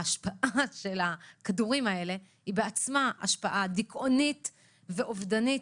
ההשפעה של הכדורים האלה היא בעצמה השפעה דיכאונית ואובדנית,